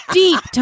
deep